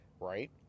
Right